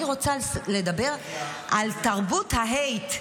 אני רוצה לדבר על תרבות ה-hate.